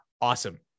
awesome